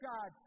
God